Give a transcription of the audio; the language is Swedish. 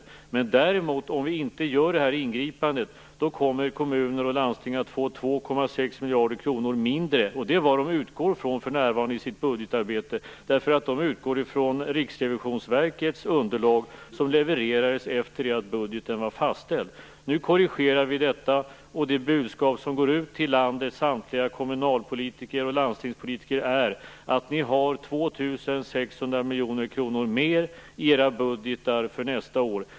Om vi däremot inte gör detta ingripande, kommer kommuner och landsting att få 2,6 miljarder kronor mindre, och det är vad de utgår från för närvarande i sitt budgetarbete. De utgår från Riksrevisionsverkets underlag, som levererades efter det att budgeten var fastställd. Nu korrigerar vi detta, och det budskap som går ut till landets samtliga kommunalpolitiker och landstingspolitiker är: Ni har 2 600 miljoner kronor mer i era budgetar för nästa år.